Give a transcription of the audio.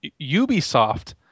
Ubisoft